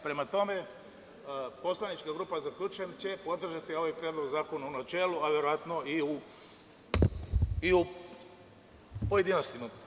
Prema tome, poslanička grupa zaključujem, će podržati ovaj predlog zakona u načelu, verovatno i u pojedinostima.